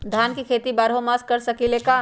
धान के खेती बारहों मास कर सकीले का?